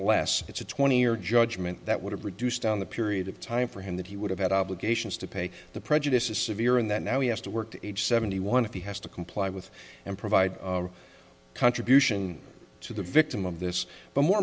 last it's a twenty year judgment that would have reduced down the period of time for him that he would have had obligations to pay the prejudice is severe and that now he has to work to age seventy one if he has to comply with and provide contribution to the victim of this but more